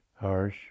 harsh